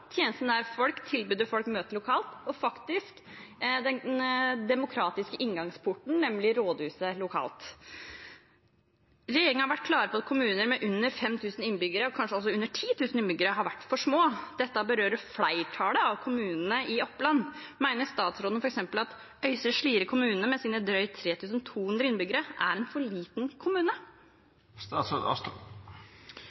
tjenesten nær folk, tilbudet folk møter lokalt, og faktisk den demokratiske inngangsporten, nemlig rådhuset lokalt. Regjeringen har vært klar på at kommuner med under 5 000 innbyggere, og kanskje også under 10 000 innbyggere, har vært for små. Dette berører flertallet av kommunene i Oppland. Mener statsråden f.eks. at Øystre Slidre kommune med sine drøyt 3 200 innbyggere er en for liten kommune?